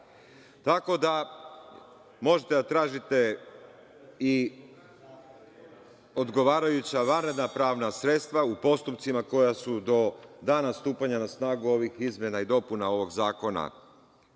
Tako da možete da tražite i odgovarajuća vanredna pravna sredstva u postupcima koja su do dana stupanja na snagu ovih izmena i dopuna ovog zakona